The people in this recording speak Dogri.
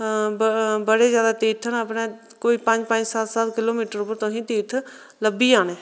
बड़े ज्यादा तीर्थ न अपने कोई पंज पंज सत्त सत्त किलोमीटर उप्पर तुसेंगी तीर्थ लब्भी जाने